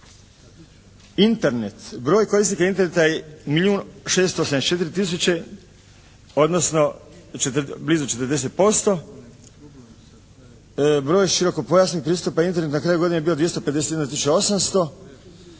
Internet. Broj korisnika Interneta je milijun 674 tisuće odnosno blizu 40%. Broj širokopojasnih pristupa Internetu na kraju godine je bio 251